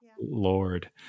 Lord